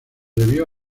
debió